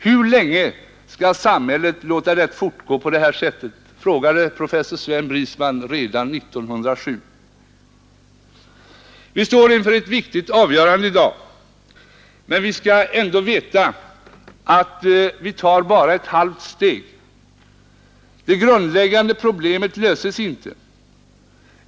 ”Hur länge skall samhället låta det fortgå på detta sätt?” frågade professor Sven Brisman redan år 1907. Vi står inför ett viktigt avgörande i dag, men vi skall ändå veta att vi bara tar ett halvt steg. Det grundläggande problemet löses inte.